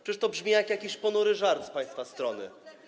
Przecież to brzmi jak jakiś ponury żart z państwa strony.